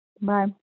Bye